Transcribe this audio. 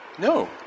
No